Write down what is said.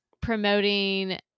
promoting